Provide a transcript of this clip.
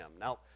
Now